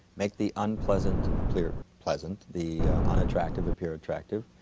make the unpleasant appear pleasant, the unattractive appear attractive.